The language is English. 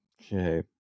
okay